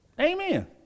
Amen